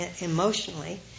emotionally